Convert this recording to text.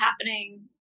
happening